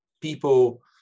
people